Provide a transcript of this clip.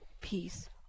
peace